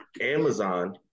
Amazon